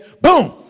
boom